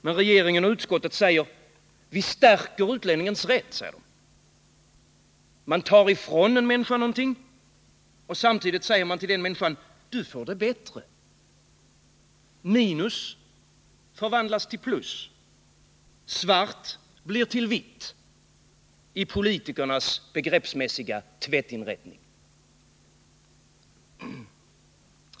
Men regeringen och utskottet säger: Vi stärker utlänningens rätt. Man tar ifrån en människa något — och samtidigt säger man till den människan: Du får det bättre. Minus förvandlas till plus. Svart blir vitt, i politikernas begreppsmässiga tvättinrättning.